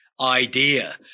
idea